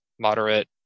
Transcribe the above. moderate